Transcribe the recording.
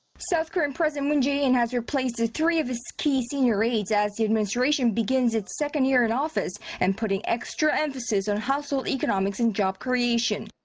south korean president moon jae-in has replaced three of his key senior aides as the administration begins its second year in office and putting extra emphasis on household economics and job creation.